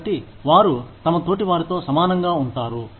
కాబట్టి వారు తమ తోటివారితో సమానంగా ఉంటారు